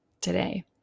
today